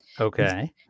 Okay